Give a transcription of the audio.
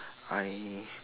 I